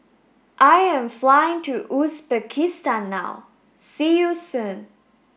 I am flying to Uzbekistan now see you soon